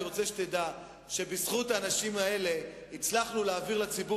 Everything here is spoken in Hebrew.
אני רוצה שתדע שבזכות האנשים האלה הצלחנו להעביר לציבור